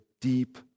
deep